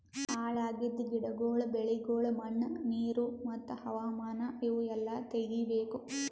ಹಾಳ್ ಆಗಿದ್ ಗಿಡಗೊಳ್, ಬೆಳಿಗೊಳ್, ಮಣ್ಣ, ನೀರು ಮತ್ತ ಹವಾಮಾನ ಇವು ಎಲ್ಲಾ ತೆಗಿಬೇಕು